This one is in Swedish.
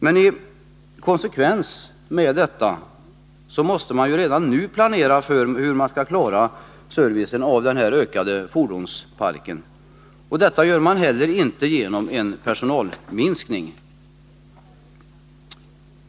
Men i konsekvens med detta måste man redan nu planera för hur man skall klara servicen av den ökade fordonsparken, och det gör man heller inte genom personalminskning.